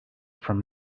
from